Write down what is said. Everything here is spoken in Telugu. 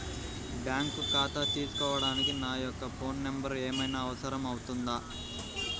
బ్యాంకు ఖాతా తీసుకోవడానికి నా యొక్క ఫోన్ నెంబర్ ఏమైనా అవసరం అవుతుందా?